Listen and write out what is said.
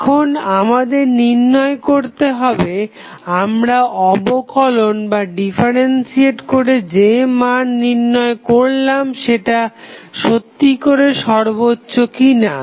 এখন আমাদের নির্ণয় করতে হবে আমরা অবকলন করে যে মান নির্ণয় করলাম সেটা সত্যিকরে সর্বোচ্চ কিনা